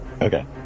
Okay